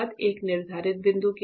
एक निर्धारित बिंदु क्या है